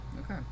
Okay